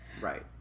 right